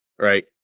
right